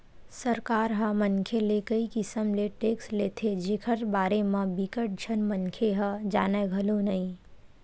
सरकार ह मनखे ले कई किसम ले टेक्स लेथे जेखर बारे म बिकट झन मनखे ह जानय घलो नइ